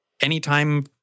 anytime